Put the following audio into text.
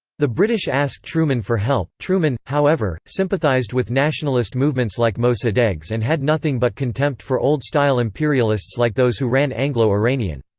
the british asked truman for help truman, however, sympathized with nationalist movements like mosaddegh's and had nothing but contempt for old-style imperialists like those who ran anglo-iranian.